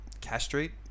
castrate